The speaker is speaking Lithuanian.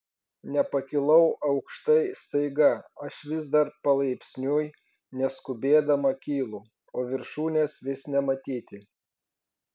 nepakilau aukštai staiga aš vis dar palaipsniui neskubėdama kylu o viršūnės vis nematyti